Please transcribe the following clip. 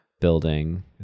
building